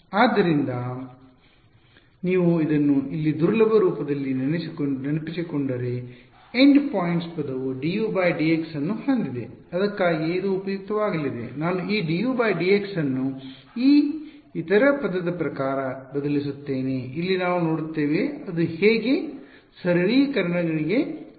ಆದ್ದರಿಂದ ನೀವು ಇದನ್ನು ಇಲ್ಲಿ ದುರ್ಬಲ ರೂಪದಲ್ಲಿ ನೆನಪಿಸಿಕೊಂಡರೆ ಎಂಡ್ ಪಾಯಿಂಟ್ಸ್ ಪದವು dUdx ವನ್ನು ಹೊಂದಿದೆ ಅದಕ್ಕಾಗಿಯೇ ಇದು ಉಪಯುಕ್ತವಾಗಲಿದೆ ನಾನು ಈ dUdx ಅನ್ನು ಈ ಇತರ ಪದದ ಪ್ರಕಾರ ಬದಲಿಸುತ್ತೇನೆ ಇಲ್ಲಿ ನಾವು ನೋಡುತ್ತೇವೆ ಅದು ಹೇಗೆ ಸರಳೀಕರಣಗಳಿಗೆ ಕಾರಣವಾಗುತ್ತದೆ